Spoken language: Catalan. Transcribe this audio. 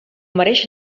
mereix